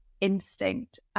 instinct